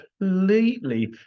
completely